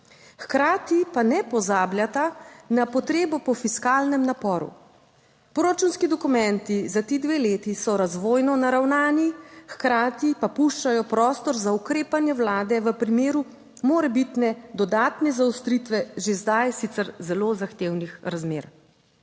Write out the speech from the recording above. Hkrati pa ne pozabljata na potrebo po fiskalnem naporu. Proračunski dokumenti za ti dve leti so razvojno naravnani, hkrati pa puščajo prostor za ukrepanje Vlade v primeru morebitne dodatne zaostritve že zdaj sicer zelo zahtevnih razmer.